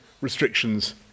restrictions